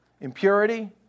impurity